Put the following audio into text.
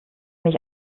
mich